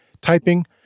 typing